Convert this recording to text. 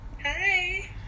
Hi